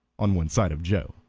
on one side of joe.